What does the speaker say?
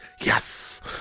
yes